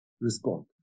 respond